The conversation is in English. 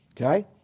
Okay